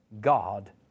God